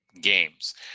games